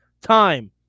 time